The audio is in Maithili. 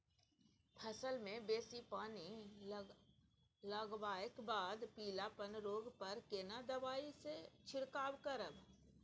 फसल मे बेसी पानी लागलाक बाद पीलापन रोग पर केना दबाई से छिरकाव करब?